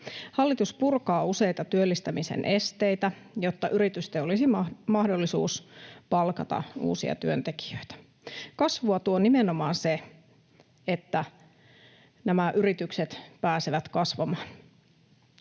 Hallitus purkaa useita työllistämisen esteitä, jotta yrityksillä olisi mahdollisuus palkata uusia työntekijöitä. Kasvua tuo nimenomaan se, että nämä yritykset pääsevät kasvamaan.